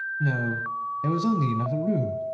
no there was only another room,